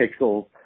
pixels